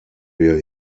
wir